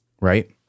Right